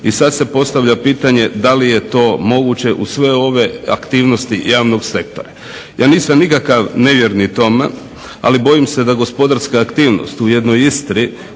I sada se postavlja pitanje, da li je to moguće uz sve ove aktivnosti javnog sektora? Ja nisam nikakav nevjerni Toma, ali bojim se da gospodarska aktivnost u jednoj Istri